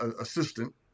assistant